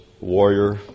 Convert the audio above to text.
warrior